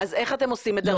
אז איך אתם עושים את זה?